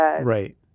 Right